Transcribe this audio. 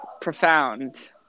profound